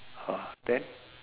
ah then